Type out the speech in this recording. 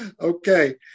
Okay